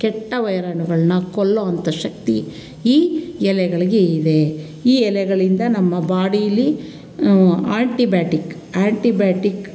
ಕೆಟ್ಟ ವೈರಾಣುಗಳನ್ನ ಕೊಲ್ಲುವಂಥ ಶಕ್ತಿ ಈ ಎಲೆಗಳಿಗೆ ಇದೆ ಈ ಎಲೆಗಳಿಂದ ನಮ್ಮ ಬಾಡೀಲಿ ಆಂಟಿ ಬಯೋಟಿಕ್ ಆ್ಯಂಟಿ ಬಯೋಟಿಕ್